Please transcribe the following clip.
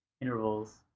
intervals